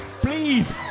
please